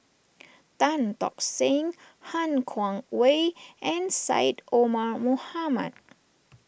Tan Tock Seng Han Guangwei and Syed Omar Mohamed